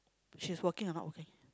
she's working or not working